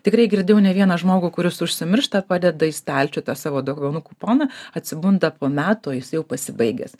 tikrai girdėjau ne vieną žmogų kuris užsimiršta padeda į stalčių tą savo dovanų kuponą atsibunda po metų o jis jau pasibaigęs